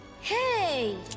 Hey